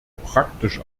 praktisch